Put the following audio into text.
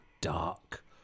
dark